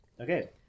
Okay